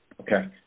Okay